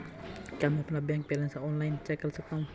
क्या मैं अपना बैंक बैलेंस ऑनलाइन चेक कर सकता हूँ?